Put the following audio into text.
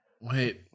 Wait